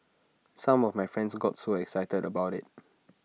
some of my friends got so excited about IT